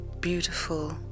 beautiful